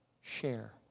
share